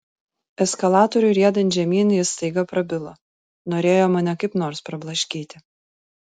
eskalatoriui riedant žemyn jis staiga prabilo norėjo mane kaip nors prablaškyti